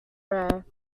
rare